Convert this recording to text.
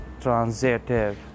transitive